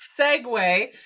segue